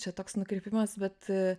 čia toks nukrypimas bet